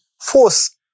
force